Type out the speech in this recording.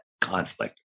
conflict